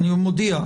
אני מודיע.